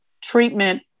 treatment